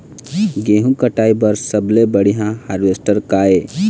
गेहूं कटाई बर सबले बढ़िया हारवेस्टर का ये?